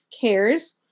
cares